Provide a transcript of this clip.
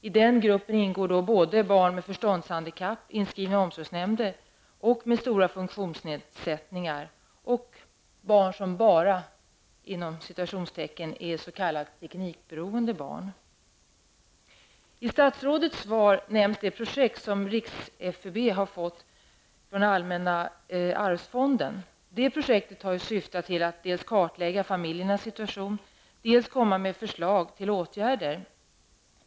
I den gruppen ingår då barn med förståndshandikapp, inskrivna i omsorgsnämnder och som har stora funktionsnedsättningar, samt barn som ''bara'' är s.k. teknikberoende barn. I statsrådets svar nämns det projekt som RFUB har fått pengar till från allmänna arvsfonden. Detta projekt har syftat till att dels kartlägga familjernas situation, dels komma med förslag till åtgärder.